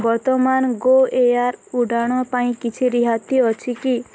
ବର୍ତ୍ତମାନ Go Air ଉଡ଼ାଣ ପାଇଁ କିଛି ରିହାତି ଅଛି କି